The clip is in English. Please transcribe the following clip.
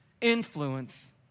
Influence